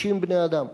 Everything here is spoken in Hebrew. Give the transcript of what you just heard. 60 בני-אדם,